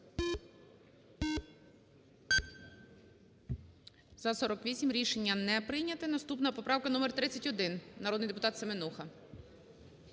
За-48 Рішення не прийнято. Наступна поправка номер 31. Народний депутат Семенуха.